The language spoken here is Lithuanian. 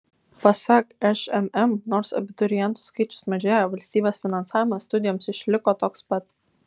pasak šmm nors abiturientų skaičius mažėja valstybės finansavimas studijoms išliko toks pat